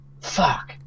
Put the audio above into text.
fuck